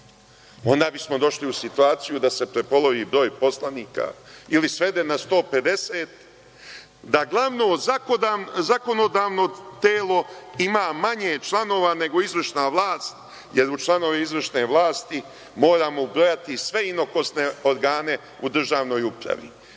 Onda bismo došli u situaciju da se prepolovi broj poslanika ili svede na 150, da glavno zakonodavno telo ima manje članova nego izvršna vlast, jer u članove izvršne vlasti moramo ubrojati sve inokosne organe u državnoj upravi,